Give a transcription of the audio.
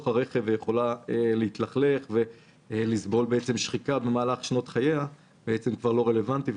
הרכב ויכולה להתלכלך ולסבול משחיקה במהלך שנות חייה כבר לא רלוונטי.